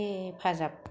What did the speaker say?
हेफाजाब